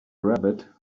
rabbit